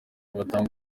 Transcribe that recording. batanga